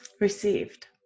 Received